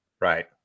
Right